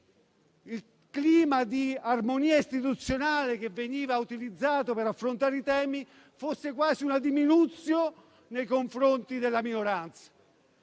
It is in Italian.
il clima di armonia istituzionale utilizzato per affrontare i temi fosse quasi una *diminutio* nei confronti della minoranza.